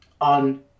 on